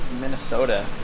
Minnesota